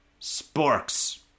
Sporks